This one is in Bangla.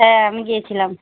হ্যাঁ আমি গিয়েছিলাম